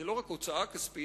זאת לא רק הוצאה כספית,